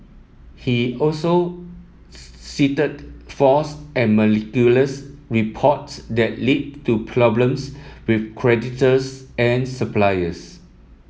he also cited false and reports that led to problems with creditors and suppliers